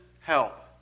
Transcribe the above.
help